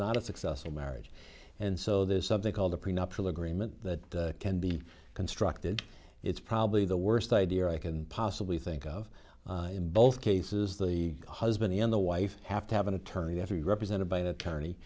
not a successful marriage and so there's something called a prenuptial agreement that can be constructed it's probably the worst idea i can possibly think of in both cases the husband and the wife have to have an attorney you have to be represented by an attorney